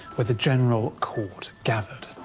where the general court gathered.